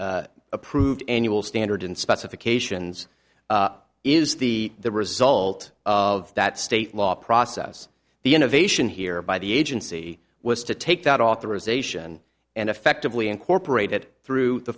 p approved annual standard specifications is the result of that state law process the innovation here by the agency was to take that authorization and effectively incorporate it through the